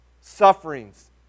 sufferings